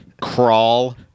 crawl